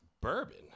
bourbon